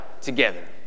together